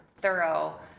thorough